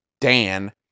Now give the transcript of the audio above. Dan